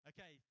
Okay